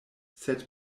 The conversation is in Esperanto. sed